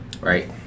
Right